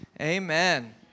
Amen